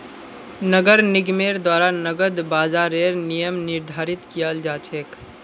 नगर निगमेर द्वारा नकद बाजारेर नियम निर्धारित कियाल जा छेक